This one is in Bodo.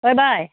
ओइ बाइ